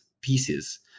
pieces